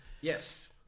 Yes